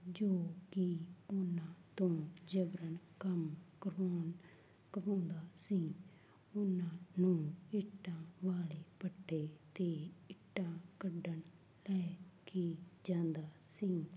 ਜੋ ਕਿ ਉਹਨਾਂ ਤੋਂ ਜ਼ਬਰਨ ਕੰਮ ਕਰਵਾਉਣ ਕਰਵਾਉਂਦਾ ਸੀ ਉਹਨਾਂ ਨੂੰ ਇੱਟਾਂ ਵਾਲੇ ਭੱਠੇ 'ਤੇ ਇੱਟਾਂ ਕੱਢਣ ਲੈ ਕੇ ਜਾਂਦਾ ਸੀ